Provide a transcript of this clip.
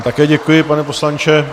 Také vám děkuji, pane poslanče.